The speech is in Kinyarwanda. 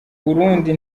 burundi